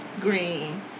Green